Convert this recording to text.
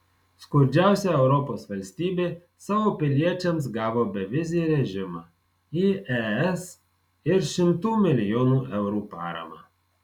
skurdžiausia europos valstybė savo piliečiams gavo bevizį režimą į es ir šimtų milijonų eurų paramą